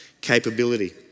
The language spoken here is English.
capability